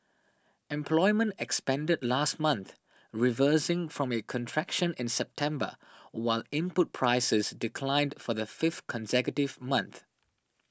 employment expanded last month reversing from a contraction in September while input prices declined for the fifth consecutive month